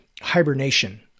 hibernation